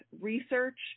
research